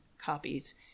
copies